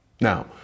Now